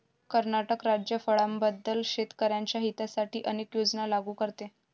कर्नाटक राज्य फळांबद्दल शेतकर्यांच्या हितासाठी अनेक योजना लागू करते